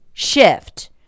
shift